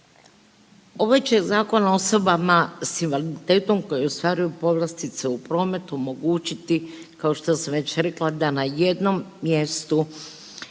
Ovaj će zakon osobama sa invaliditetom koje ostvaruju povlastice u prometu omogućiti kao što sam već rekla da na jednom mjestu